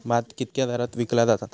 भात कित्क्या दरात विकला जा?